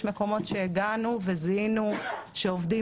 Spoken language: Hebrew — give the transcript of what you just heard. יש מקומות שהגענו אליהם וזיהינו שעובדים